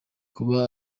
kuba